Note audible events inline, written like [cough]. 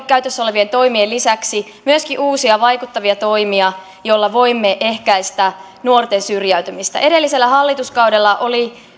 [unintelligible] käytössä olevien toimien lisäksi myöskin uusia vaikuttavia toimia joilla voimme ehkäistä nuorten syrjäytymistä edellisellä hallituskaudella oli